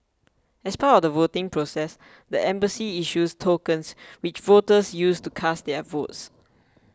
as part of the voting process the embassy issues tokens which voters use to cast their votes